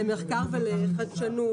למחקר ולחדשנות.